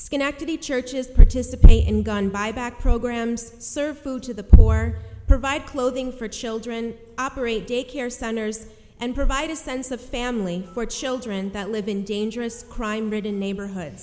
schenectady churches participate in gun buyback programs serve food to the poor provide clothing for children operate daycare centers and provide a sense of family for children that live in dangerous crime ridden neighborhood